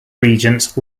regents